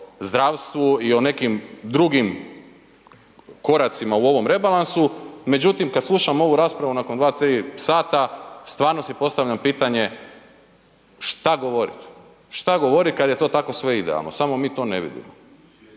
o zdravstvu i o nekim drugim koracima u ovom rebalansu, međutim kada slušam ovu raspravu nakon dva, tri sata stvarno si postavljam pitanje šta govoriti, šta govoriti kada je to sve tako idealno samo mi to ne vidimo.